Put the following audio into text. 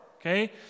Okay